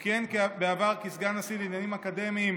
הוא כיהן בעבר כסגן נשיא לעניינים אקדמיים